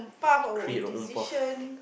create our own path